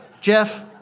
Jeff